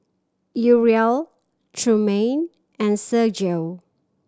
Uriel Trumaine and Sergio